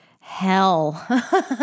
hell